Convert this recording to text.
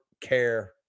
care